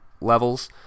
levels